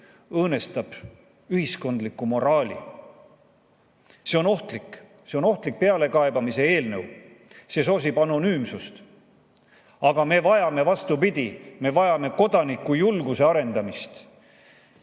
õõnestab ühiskondlikku moraali. See on ohtlik. See on ohtlik pealekaebamise eelnõu. See soosib anonüümsust. Aga me vajame, vastupidi, kodanikujulguse arendamist.